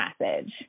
message